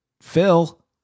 Phil